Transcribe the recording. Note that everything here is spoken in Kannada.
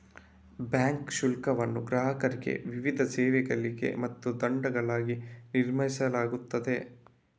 ಬ್ಯಾಂಕ್ ಶುಲ್ಕವನ್ನು ಗ್ರಾಹಕರಿಗೆ ವಿವಿಧ ಸೇವೆಗಳಿಗಾಗಿ ಮತ್ತು ದಂಡಗಳಾಗಿ ನಿರ್ಣಯಿಸಲಾಗುತ್ತದೆ